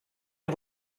der